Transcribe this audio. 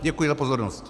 Děkuji za pozornost.